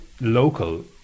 local